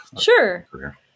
Sure